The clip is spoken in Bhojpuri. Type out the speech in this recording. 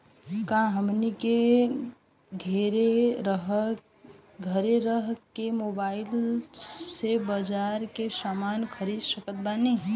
का हमनी के घेरे रह के मोब्बाइल से बाजार के समान खरीद सकत बनी?